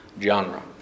genre